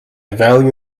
value